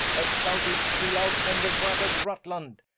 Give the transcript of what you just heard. as thou didd'st kill our tender brother rutland,